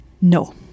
No